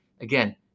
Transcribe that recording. again